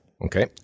Okay